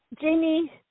Jamie